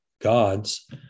gods